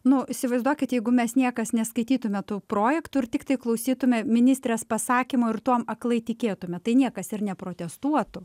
nu įsivaizduokit jeigu mes niekas neskaitytume tų projektų ir tiktai klausytume ministrės pasakymo ir tuom aklai tikėtume tai niekas ir neprotestuotų